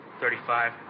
Thirty-five